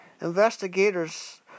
Investigators